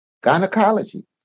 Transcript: gynecology